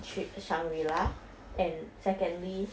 cheap shangri la and secondly